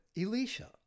Elisha